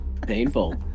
Painful